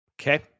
Okay